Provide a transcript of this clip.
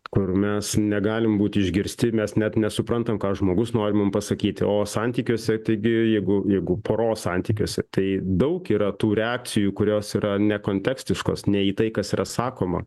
kur mes negalim būt išgirsti ir mes net nesuprantam ką žmogus nori mum pasakyti o santykiuose taigi jeigu jeigu poros santykiuose tai daug yra tų reakcijų kurios yra nekontekstiškos ne į tai kas yra sakoma